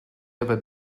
ever